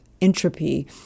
entropy